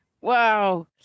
wow